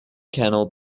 canal